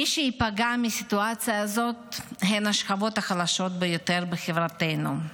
מי שייפגעו מהסיטואציה הזאת הם השכבות החלשות ביותר בחברתנו,